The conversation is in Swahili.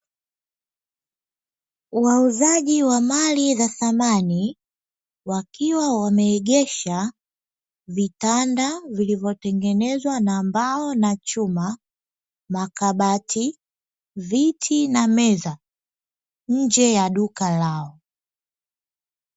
Wauzaji wa mali za samani wakiwa wameegesha vitanda vilivyotengenezwa na mbao na chuma, makabati, viti na meza nje ya duka lao.